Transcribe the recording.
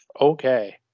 okay